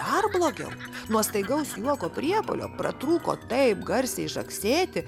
dar blogiau nuo staigaus juoko priepuolio pratrūko taip garsiai žagsėti